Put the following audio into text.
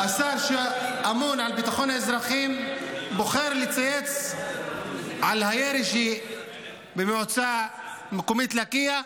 השר שאמון על ביטחון האזרחים בוחר לצייץ על הירי שבמועצה המקומית לקיה,